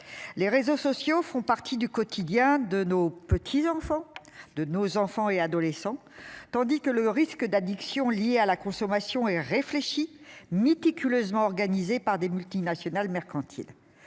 Les réseaux sociaux font partie du quotidien de nos petits enfants de nos enfants et adolescents, tandis que le risque d'addiction lié à la consommation et. Réfléchie méticuleusement organisée par des multinationales mercantile.